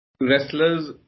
wrestlers